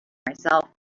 myself